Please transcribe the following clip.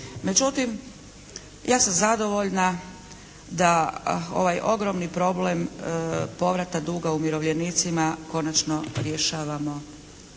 Međutim, ja sam zadovoljna da ovaj ogromni problem povrata duga umirovljenicima konačno rješavamo